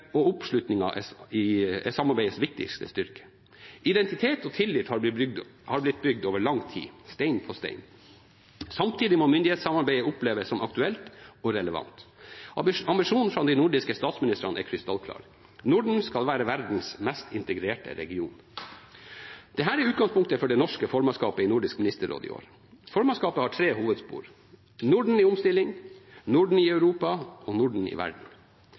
og oppslutningen er samarbeidets viktigste styrke. Identitet og tillit har blitt bygd over lang tid, stein på stein. Samtidig må myndighetssamarbeidet oppleves som aktuelt og relevant. Ambisjonen fra de nordiske statsministrene er krystallklar: Norden skal være verdens mest integrerte region. Dette er utgangspunktet for det norske formannskapet i Nordisk ministerråd i år. Formannskapet har tre hovedspor: Norden i omstilling, Norden i Europa og Norden i verden.